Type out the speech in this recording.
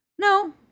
No